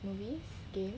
movies game